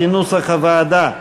כנוסח הוועדה.